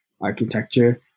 architecture